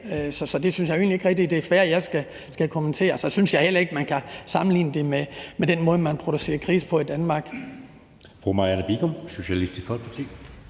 så det synes jeg ikke rigtig er fair jeg skal kommentere. Så synes jeg heller ikke, man kan sammenligne det med den måde, man producerer grise på i Danmark.